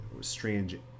strange